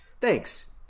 Thanks